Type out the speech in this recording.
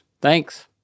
Thanks